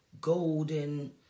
golden